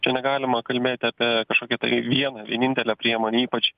čia negalima kalbėti apie kažkokį tai vieną vienintelę priemonę ypač